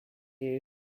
jej